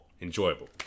enjoyable